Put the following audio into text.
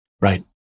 Right